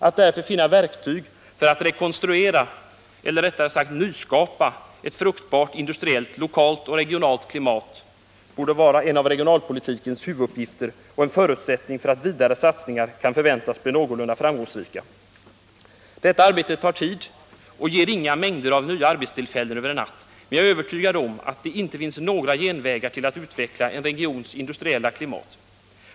Att därför finna verktyg för att rekonstruera — eller rättare sagt nyskapa — ett fruktbart industriellt lokalt och regionalt klimat borde vara en av regionalpolitikens huvuduppgifter och en förutsättning för att vidare satsningar kan förväntas bli någorlunda framgångsrika. Detta arbete tar tid och ger inga mängder av nya arbetstillfällen över en natt. Men jag är övertygad om att det inte finns några genvägar till att utveckla en regions industriella klimat.